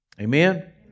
Amen